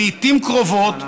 לעיתים קרובות,